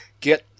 get